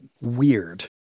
weird